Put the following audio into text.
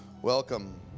welcome